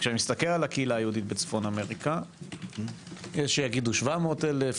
כשאני מסתכל על הקהילה היהודית בצפון אמריקה יש שיגידו 700,000,